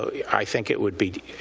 i think, it would be